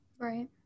Right